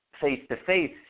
face-to-face